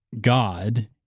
God